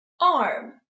arm